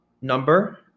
number